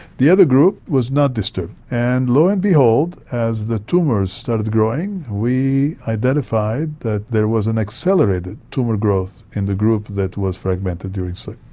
the other group was not disturbed. and lo and behold, as the tumours started growing, we identified that there was an accelerated tumour growth in the group that was fragmented during sleep.